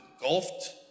engulfed